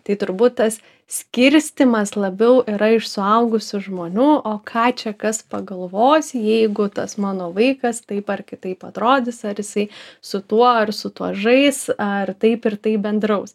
tai turbūt tas skirstymas labiau yra iš suaugusių žmonių o ką čia kas pagalvos jeigu tas mano vaikas taip ar kitaip atrodys ar jisai su tuo su tuo žais ar taip ir taip bendraus